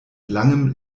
langem